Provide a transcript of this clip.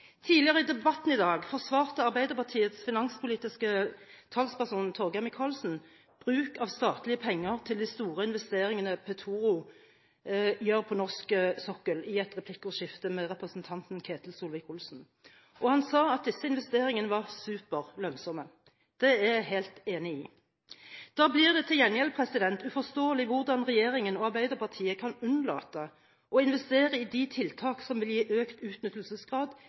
Tidligere i debatten i dag forsvarte Arbeiderpartiets finanspolitiske talsperson, Torgeir Micaelsen, i et replikkordskifte med representanten Ketil Solvik-Olsen bruk av statlige penger til de store investeringene Petoro gjør på norsk sokkel, og han sa at disse investeringene var «superlønnsomme». Det er jeg helt enig i. Da blir det til gjengjeld uforståelig hvordan regjeringen og Arbeiderpartiet kan unnlate å investere i de tiltak som vil gi økt utnyttelsesgrad